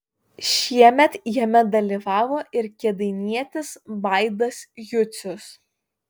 šiemet jame dalyvavo ir kėdainietis vaidas jucius